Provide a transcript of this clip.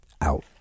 out